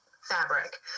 fabric